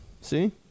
see